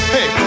Hey